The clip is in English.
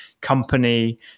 company